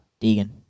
Deegan